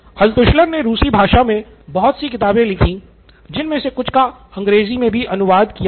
Altshuller ने रूसी भाषा मे बहुत सी किताबें लिखी जिन मे से कुछ का अंग्रेजी में भी अनुवाद किया गया